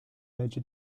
legge